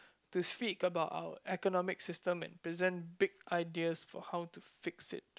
to speak about our economic system and present big ideas for how to fix it